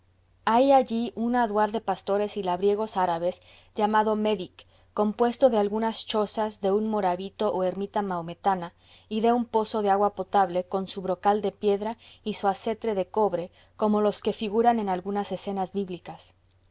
hay allí un aduar de pastores y labriegos árabes llamado medik compuesto de algunas chozas de un morabito o ermita mahometana y de un pozo de agua potable con su brocal de piedra y su acetre de cobre como los que figuran en algunas escenas